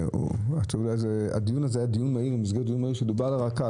היה דיון מהיר במסגרת דיון מהיר על הרכ"ל,